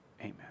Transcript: Amen